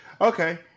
Okay